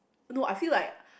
no I feel like